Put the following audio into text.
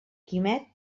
quimet